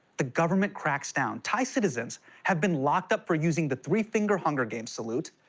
the government cracks down. thai citizens have been locked up for using the three-finger hunger games salute,